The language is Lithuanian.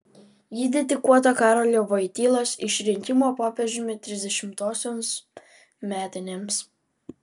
ji dedikuota karolio vojtylos išrinkimo popiežiumi trisdešimtosioms metinėms